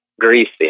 greasy